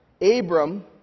Abram